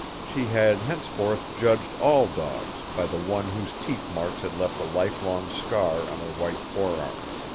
she had henceforth judged all dogs by the one whose teeth marks had left a lifelong scar on her white forearm.